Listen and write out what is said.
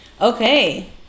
Okay